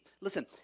Listen